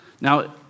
Now